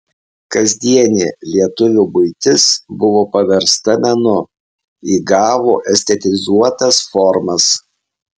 kasdienė lietuvio buitis buvo paversta menu įgavo estetizuotas formas